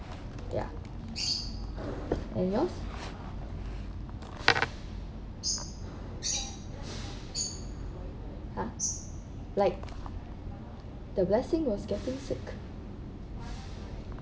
ya and you know !huh! like the blessing was getting sick